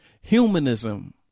Humanism